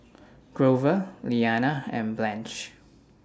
Grover Liana and Blanche